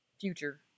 Future